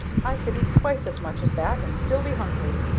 i could eat twice as much as that and still be hungry.